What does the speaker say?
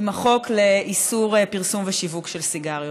עם החוק לאיסור פרסום ושיווק של סיגריות.